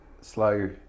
slow